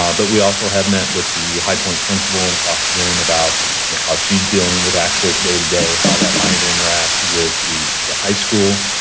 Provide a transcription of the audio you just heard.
um but we also have met with the high point principal and talked, then, about yeah how she's dealing with access day-to-day, how that might interact with the the high school,